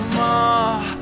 more